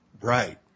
Right